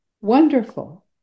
wonderful